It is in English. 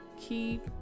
keep